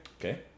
Okay